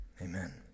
Amen